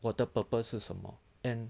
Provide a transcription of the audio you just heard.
我的 purpose 是什么 and